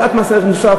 העלאת מס ערך מוסף,